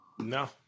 No